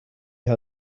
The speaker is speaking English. how